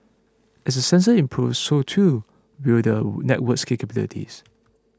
as the sensors improve so too will the network's capabilities